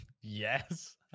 Yes